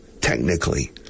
technically